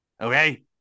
Okay